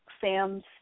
Sam's